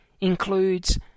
includes